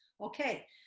Okay